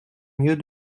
mieux